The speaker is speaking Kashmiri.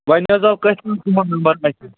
وۄنۍ حظ آو کتھِ تُہنٛد نمبر اَتھِ